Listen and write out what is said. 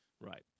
Right